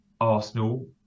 Arsenal